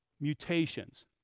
mutations